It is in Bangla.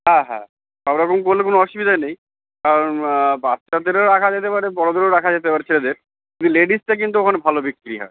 হ্যাঁ হ্যাঁ সব রকম করলে কোনো অসুবিধা নেই কারণ বাচ্চাদেরও রাখা যেতে পারে বড়দেরও রাখা যেতে পারে ছেলেদের লেডিসটা কিন্তু ওখানে ভালো বিক্রি হয়